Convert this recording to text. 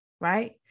right